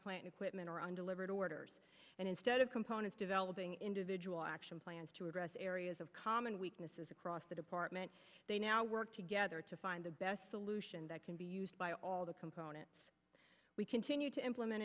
plant equipment or undelivered orders and instead of components developing individual action plans to address areas of common weaknesses across the department they now work together to find the best solution that can be used by all the components we continue to implement